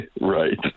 Right